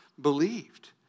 believed